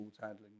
handling